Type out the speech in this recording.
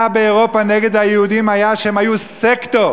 באירופה נגד היהודים הייתה שהם היו סקטור: